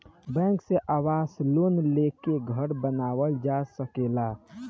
bank से आवास loan लेके घर बानावल जा सकेला